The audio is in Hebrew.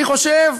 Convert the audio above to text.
אני חושב